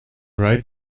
right